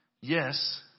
Yes